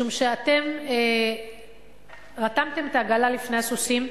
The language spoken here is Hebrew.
משום שאתם רתמתם את העגלה לפני הסוסים,